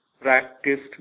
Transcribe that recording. practiced